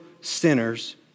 sinners